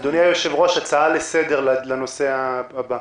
אדוני היושב-ראש, הצעה לסדר לנושא הבא.